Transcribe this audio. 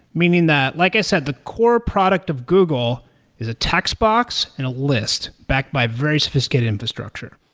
meaning that like i said, the core product of google is a text box and a list backed by very sophisticated infrastructure,